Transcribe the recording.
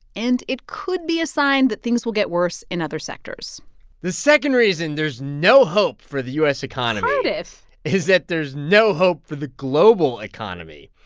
and it could be a sign that things will get worse in other sectors the second reason there's no hope for the u s. economy. cardiff. is that there's no hope for the global economy.